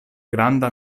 granda